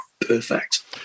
perfect